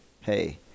Hey